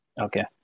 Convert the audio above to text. Okay